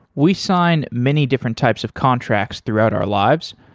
we sign many different types of contracts throughout our lives.